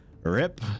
Rip